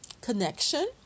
connection